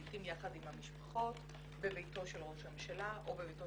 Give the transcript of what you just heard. לעתים יחד עם המשפחות בביתו של ראש הממשלה או בביתו